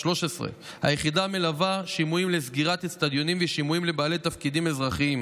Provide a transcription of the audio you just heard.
היחידה מלווה שימועים לסגירת אצטדיונים ושימועים לבעלי תפקידים אזרחיים,